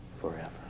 forever